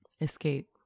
Escape